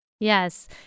Yes